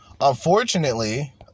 Unfortunately